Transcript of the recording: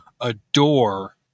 adore